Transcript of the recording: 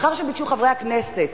מאחר שביקשו חברי הכנסת